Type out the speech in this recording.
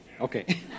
Okay